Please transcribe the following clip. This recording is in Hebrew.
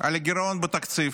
על הגירעון בתקציב.